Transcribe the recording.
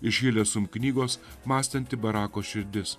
iš hilesum knygos mąstanti barako širdis